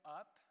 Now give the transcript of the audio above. up